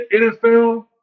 NFL